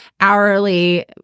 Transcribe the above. Hourly